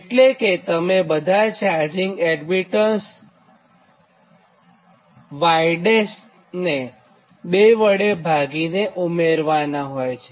એટલે કે તમે બધા ચાર્જિંગ એડમીટન્સ y' ને 2 વડે ભાગી ઉમેરવાનાં હોય છે